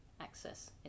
access